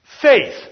faith